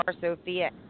Sophia